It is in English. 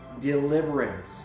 deliverance